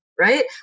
right